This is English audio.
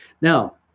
Now